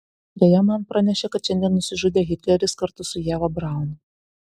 beje man pranešė kad šiandien nusižudė hitleris kartu su ieva braun